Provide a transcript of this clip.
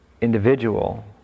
individual